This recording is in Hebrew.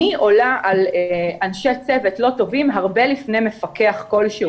אני עולה על אנשי צוות לא טובים הרבה לפני מפקח כלשהו.